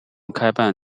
开办